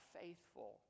faithful